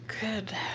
Good